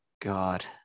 God